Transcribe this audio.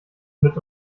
mit